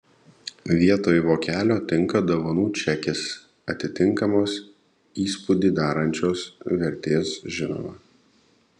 vietoj vokelio tinka dovanų čekis atitinkamos įspūdį darančios vertės žinoma